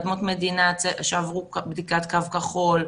אדמות מדינה שעברו בדיקת קו כחול.